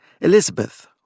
Elizabeth